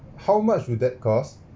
how much will that cost